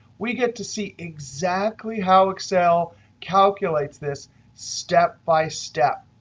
we get to see exactly how excel calculates this step by step,